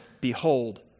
behold